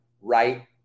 right